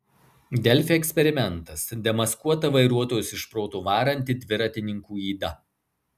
delfi eksperimentas demaskuota vairuotojus iš proto varanti dviratininkų yda